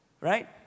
Right